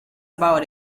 about